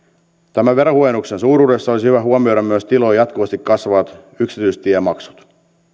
tämän verohuojennuksen suuruudessa olisi hyvä huomioida myös tilojen jatkuvasti kasvavat yksityistiemaksut